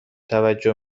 توجه